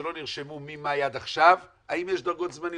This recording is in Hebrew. שלא נרשמו ממאי עד עכשיו, האם יש דרגות זמניות.